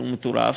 שהוא מטורף,